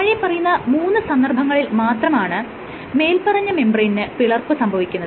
താഴെ പറയുന്ന മൂന്ന് സന്ദർഭങ്ങളിൽ മാത്രമാണ് മേല്പറഞ്ഞ മെംബ്രേയ്നിന് പിളർപ്പ് സംഭവിക്കുന്നത്